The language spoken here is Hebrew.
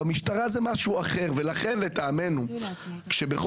במשטרה זה משהו אחר ולכן לטעמנו כשבשב"כ